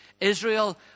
Israel